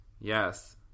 Yes